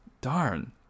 darn